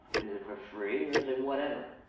is it for free or is it whatever?